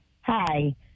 Hi